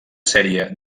sèrie